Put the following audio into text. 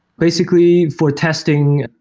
basically, for testing,